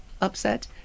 upset